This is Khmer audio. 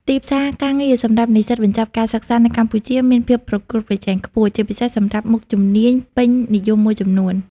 ទីផ្សារការងារសម្រាប់និស្សិតបញ្ចប់ការសិក្សានៅកម្ពុជាមានភាពប្រកួតប្រជែងខ្ពស់ ជាពិសេសសម្រាប់មុខជំនាញពេញនិយមមួយចំនួន។